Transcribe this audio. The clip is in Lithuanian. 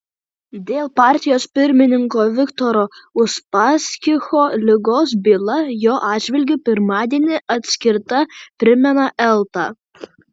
dėl partijos pirmininko viktoro uspaskicho ligos byla jo atžvilgiu pirmadienį atskirta primena elta